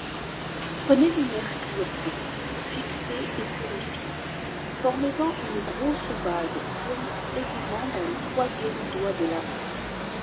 du mercure bon fixé et purifié formez en une grosse bague qui entre aisément dans le troisième doigt de la main